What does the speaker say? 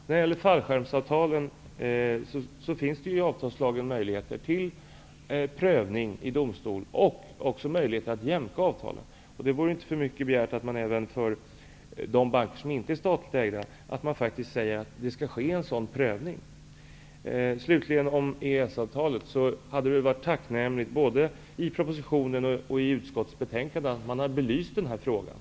När det gäller fallskärmsavtalen finns det i avtalslagen möjligheter till prövning i domstol och även möjligheter att jämka avtalen. Det vore inte för mycket begärt att man säger att det skall ske en sådan prövning även i de banker som inte är statligt ägda. Det hade varit tacknämligt om man i både propositionen och utskottsbetänkandet hade belyst frågan om EES-avtalet.